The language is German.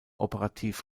operativ